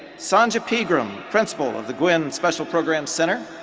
sanja pegram principal of the gwynn special programs center,